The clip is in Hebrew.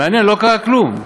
מעניין, לא קרה כלום.